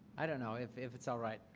i don't know. if if it's alright,